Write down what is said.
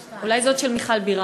של מיכל בירן,